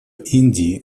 индии